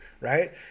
right